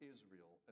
Israel